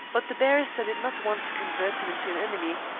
but the barrister did not want to convert him into an enemy,